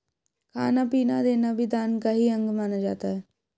खाना पीना देना भी दान का ही अंग माना जाता है